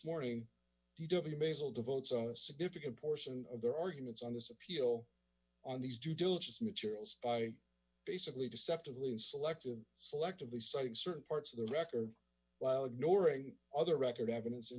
morning d w basal devotes a significant portion of their arguments on this appeal on these due diligence materials by basically deceptively and selective selectively citing certain parts of the record while ignoring other record evidence and